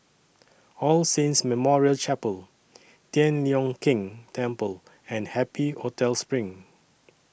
All Saints Memorial Chapel Tian Leong Keng Temple and Happy Hotel SPRING